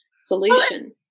solution